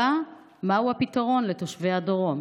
4. מהו הפתרון לתושבי הדרום?